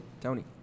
tony